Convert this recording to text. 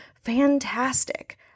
fantastic